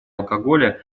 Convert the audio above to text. алкоголя